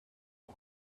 for